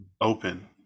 open